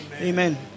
Amen